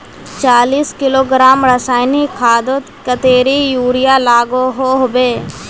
चालीस किलोग्राम रासायनिक खादोत कतेरी यूरिया लागोहो होबे?